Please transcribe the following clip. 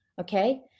okay